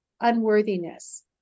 unworthiness